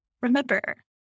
remember